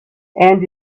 and